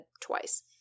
twice